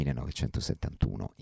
1971